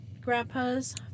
grandpa's